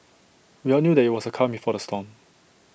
we all knew that IT was the calm before the storm